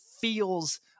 feels